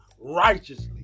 righteously